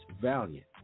valiant